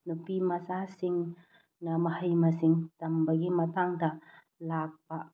ꯅꯨꯄꯤ ꯃꯆꯥꯁꯤꯡꯅ ꯃꯍꯩ ꯃꯁꯤꯡ ꯇꯝꯕꯒꯤ ꯃꯇꯥꯡꯗ ꯂꯥꯛꯄ